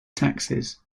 taxes